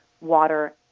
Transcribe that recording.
water